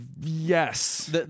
yes